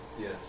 Yes